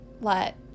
let